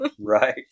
Right